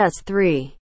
S3